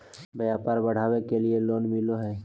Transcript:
व्यापार बढ़ावे के लिए लोन मिलो है?